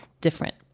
different